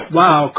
wow